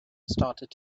started